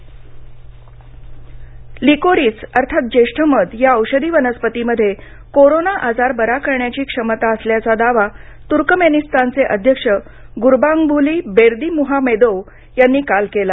Turkmenistan liquorice liquorice अर्थात ज्येष्ठमध या औषधी वनस्पतीमध्ये कोरोना आजार बरा करण्याची क्षमता असल्याचा दावा तुर्कमेनिस्तानचे अध्यक्ष गुर्बांगुली बेर्दीमुहामेदोव्ह यांनी काल केला